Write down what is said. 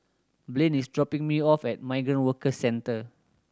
Blaine is dropping me off at Migrant Workers Centre